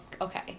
okay